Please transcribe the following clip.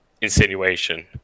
insinuation